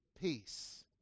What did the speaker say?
peace